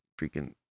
freaking